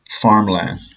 farmland